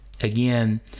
again